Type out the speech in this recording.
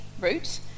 route